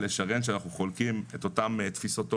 לשרן אתה אנחנו חולקים את אותן תפיסות עולם.